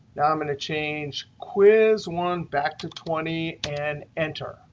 now i'm going to change quiz one back to twenty and enter.